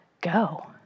go